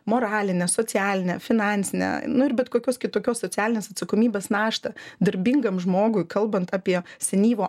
moralinę socialinę finansinę nu ir bet kokios kitokios socialinės atsakomybės naštą darbingam žmogui kalbant apie senyvo